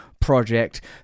project